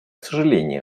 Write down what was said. сожаление